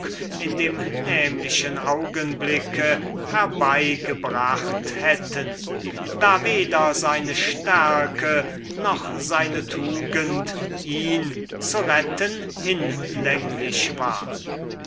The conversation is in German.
in eben dem augenblick ein mittel seiner errettung herbeigebracht hätten da weder seine stärke noch seine tugend ihn zu retten hinlänglich war